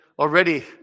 Already